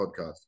podcast